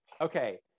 Okay